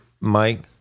Mike